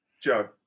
Joe